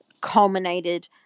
culminated